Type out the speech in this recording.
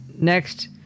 next